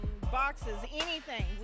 boxes—anything